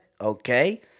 okay